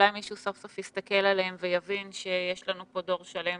אולי מישהו סוף סוף יסתכל עליהם ויבין שיש לנו פה דור שלם